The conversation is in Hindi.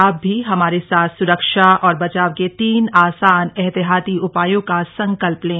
आप भी हमारे साथ सुरक्षा और बचाव के तीन आसान एहतियाती उपायों का संकल्प लें